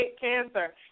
cancer